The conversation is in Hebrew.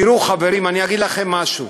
תראו, חברים, אני אגיד לכם משהו,